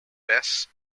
best